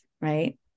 right